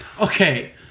Okay